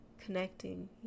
connecting